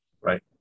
right